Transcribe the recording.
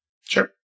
Sure